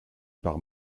par